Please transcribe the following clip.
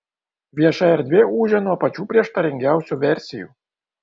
vieša erdvė ūžia nuo pačių prieštaringiausių versijų